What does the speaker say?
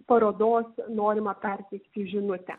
parodos norimą perteikti žinutę